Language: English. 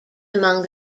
among